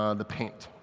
um the paint.